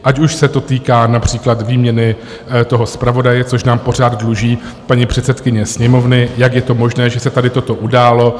Ať už se to týká například výměny toho zpravodaje, což nám pořád dluží paní předsedkyně Sněmovny, jak je to možné, že se tady toto událo.